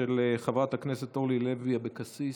של חברת הכנסת אורלי לוי אבקסיס.